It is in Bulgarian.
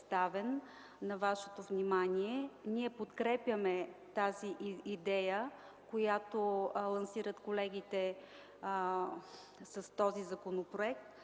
на вашето внимание. Ние подкрепяме тази идея, която лансират колегите с този законопроект,